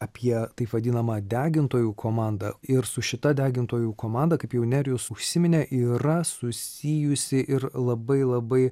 apie taip vadinamą degintojų komandą ir su šita degintojų komanda kaip jau nerijus užsiminė yra susijusi ir labai labai